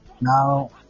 Now